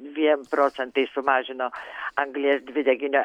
dviem procentais sumažino anglies dvideginio